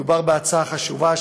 מדובר בהצעה חשובה,